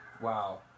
Wow